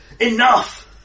enough